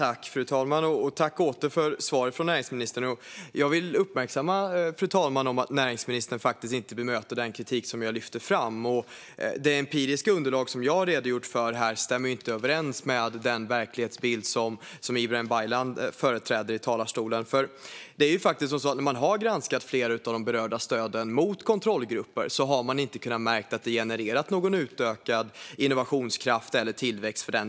Fru talman! Tack återigen för svaret, näringsministern! Näringsministern bemöter faktiskt inte den kritik som jag lyfter fram. Det empiriska underlag som jag har redogjort för här stämmer inte överens med den verklighetsbild som Ibrahim Baylan företräder i talarstolen. När man har granskat flera av de berörda stöden mot kontrollgrupper har man inte kunnat märka att de har genererat någon ökad innovationskraft eller tillväxt.